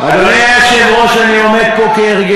מיליארד ו-200